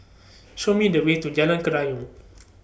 Show Me The Way to Jalan Kerayong